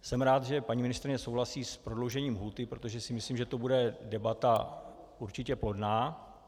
Jsem rád, že paní ministryně souhlasí s prodloužením lhůty, protože si myslím, že to bude debata určitě plodná.